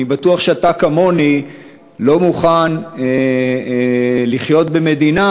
אני בטוח שאתה כמוני לא מוכן לחיות במדינה